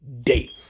day